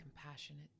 compassionate